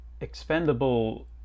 expendable